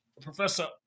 Professor